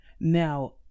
Now